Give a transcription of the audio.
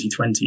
2020